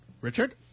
Richard